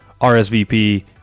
RSVP